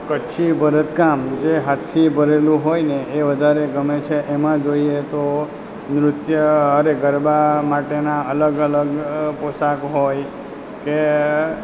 કચ્છી ભરત કામ જે હાથથી ભરેલું હોયને એ વધારે ગમે છે એમાં જોઈએ તો નૃત્ય અરે ગરબા માટેના અલગ અલગ પોશાકો હોય કે